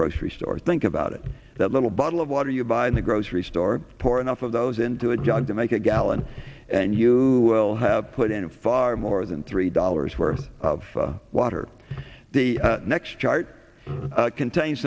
grocery store think about it that little bottle of water you buy in the grocery store pour enough of those into a job to make a gallon and you will have put in far more than three dollars worth of water the next chart contain